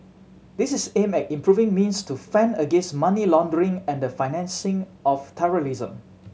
this is aimed at improving means to fend against money laundering and the financing of terrorism